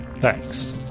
Thanks